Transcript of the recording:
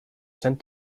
sent